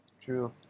True